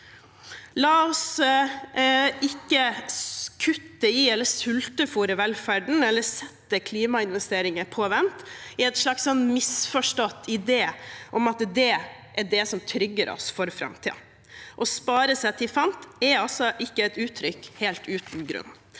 i eller sultefôre velferden eller sette klimainvesteringer på vent i en slags misforstått idé om at det er det som trygger oss for framtiden. Å spare seg til fant er ikke et uttrykk helt uten grunn.